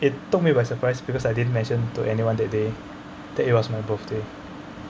it took me by surprise because I didn't mention to anyone that day that it was my birthday